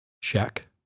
Check